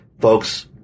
folks